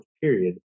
period